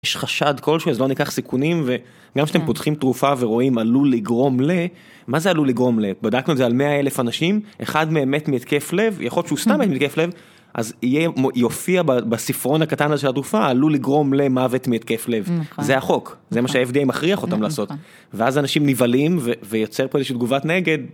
יש חשד כלשהוא אז לא ניקח סיכונים? וגם כשאתם פותחים תרופה ורואים עלול לגרום ל... מה זה עלול ל...? בדקנו את זה על 100 אלף אנשים, אחד מהם מת מהתקף לב, יכול להיות שהוא סתם מת מהתקף לב. אז יופיע בספרון הקטן הזה של התרופה: עלול לגרום למוות מהתקף לב. זה החוק. זה מה שה-FDA מכריח אותם לעשות. ואז אנשים נבהלים ויוצר פה איזושהי תגובת נגד.